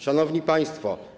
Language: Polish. Szanowni Państwo!